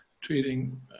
treating